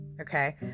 okay